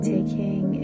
Taking